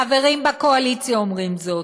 חברים בקואליציה אומרים זאת,